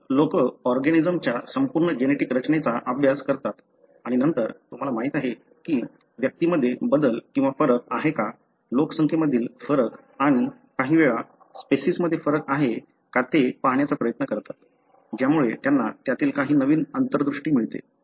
तर लोक ऑर्गॅनिजमच्या संपूर्ण जेनेटिक रचनेचा अभ्यास करतात आणि नंतर तुम्हाला माहिती आहे की व्यक्तींमध्ये बदल किंवा फरक आहे का लोकसंख्येमधील फरक आणि काही वेळा स्पेसिसमध्ये फरक आहे का ते पाहण्याचा प्रयत्न करतात ज्यामुळे त्यांना त्यातील काही नवीन अंतर्दृष्टी मिळेल